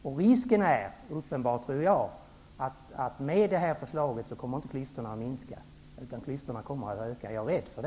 Jag tror att risken är uppenbar att klyftorna inte kommer att minska med detta förslag, utan jag är rädd för att klyftorna kommer att öka.